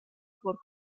por